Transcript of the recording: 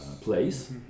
place